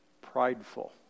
prideful